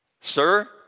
Sir